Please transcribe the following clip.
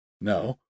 No